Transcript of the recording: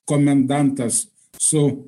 komendantas su